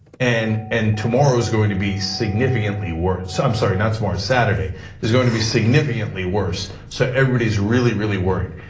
and and tomorrow's going to be significantly worse. so i'm sorry, not tomorrow, saturday is going to be significantly worse so everybody's really, really worried.